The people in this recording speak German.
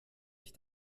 ich